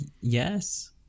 yes